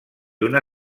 una